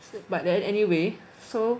but then anyway so